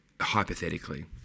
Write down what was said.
hypothetically